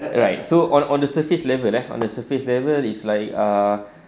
alright so on on the surface level eh on the surface level is like ah